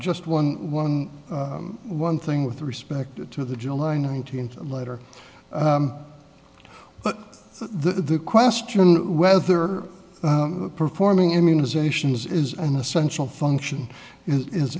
just one one one thing with respect to the july nineteenth letter but the question whether performing immunizations is an essential function is